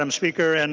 um speaker. and